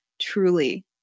truly